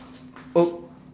oh